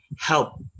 help